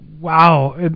wow